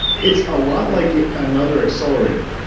it's a lot like another accelerator.